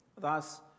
Thus